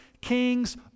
kings